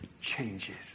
changes